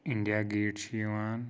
India gate چھِ یِوان